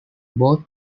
both